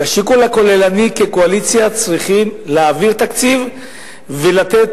ובשיקול הכוללני כקואליציה צריכים להעביר תקציב ולתת